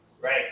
right